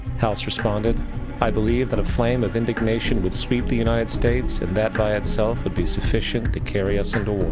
house responded i believe that a flame of indignation would sweep the united states and that by itself would be sufficient to carry us into war.